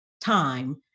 time